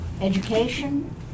education